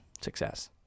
success